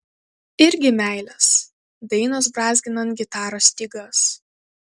irgi meilės dainos brązginant gitaros stygas